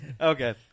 Okay